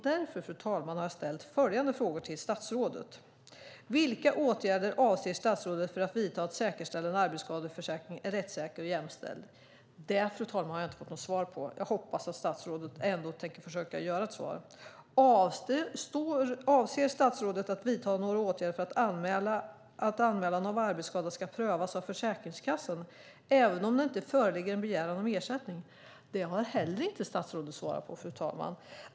Därför, fru talman, har jag ställt följande frågor till statsrådet: Vilka åtgärder avser statsrådet att vidta för att säkerställa att arbetsskadeförsäkringen är rättssäker och jämställd? Det, fru talman, har jag inte fått något svar på. Jag hoppas att statsrådet tänker försöka ge ett svar. Avser statsrådet att vidta några åtgärder för att anmälan om arbetsskada ska prövas av Försäkringskassan även om det inte föreligger en begäran om ersättning? Det har statsrådet inte heller svarat på, fru talman.